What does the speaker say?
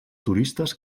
turistes